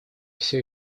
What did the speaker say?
все